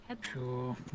Sure